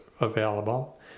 available